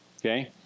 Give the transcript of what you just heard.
okay